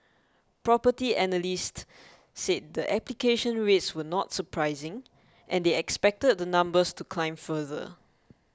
property analyst said the application rates were not surprising and they expected the numbers to climb further